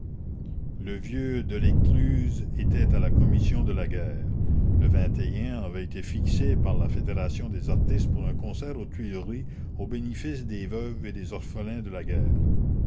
le vieux delescluze était à la commission de la guerre e avait été fixé par la fédération des artistes pour un concert aux tuileries au bénéfice des veuves et des orphelins de la guerre